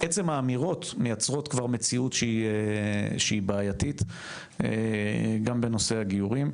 עצם האמירות מייצרות כבר מציאות שהיא בעייתית גם בנושא הגיורים,